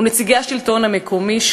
ונציגי השלטון המקומי,